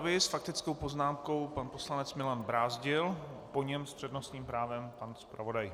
S faktickou poznámkou pan poslanec Milan Brázdil, po něm s přednostním právem pan zpravodaj.